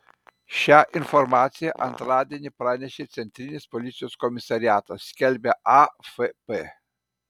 šią informaciją antradienį pranešė centrinis policijos komisariatas skelbia afp